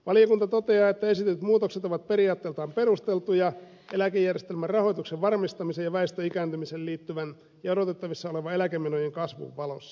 valiokunta toteaa että esitetyt muutokset ovat periaatteeltaan perusteltuja eläkejärjestelmän rahoituksen varmistamisen ja väestön ikääntymiseen liittyvän ja odotettavissa olevan eläkemenojen kasvun valossa